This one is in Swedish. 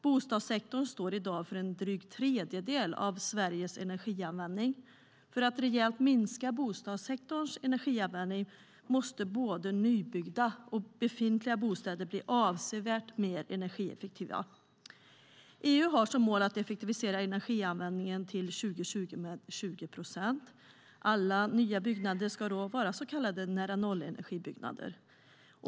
Bostadssektorn står i dag för en dryg tredjedel av Sveriges energianvändning. För att rejält minska bostadssektorns energianvändning måste både nybyggda och befintliga bostäder bli avsevärt mer energieffektiva. EU har som mål att effektivisera energianvändningen med 20 procent till 2020. Alla nya byggnader ska då vara så kallade nära-nollenergibyggnader.